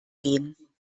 gehen